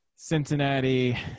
Cincinnati